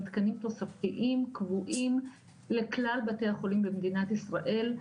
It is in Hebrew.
תקנים תוספתיים קבועים לכלל בתי החולים במדינת ישראל,